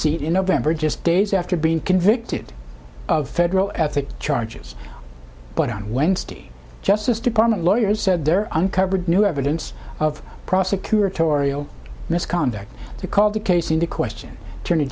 it in november just days after being convicted of federal ethics charges but on wednesday justice department lawyers said there uncovered new evidence of prosecutorial misconduct called the case in the question turn